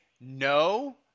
no